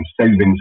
savings